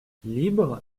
libres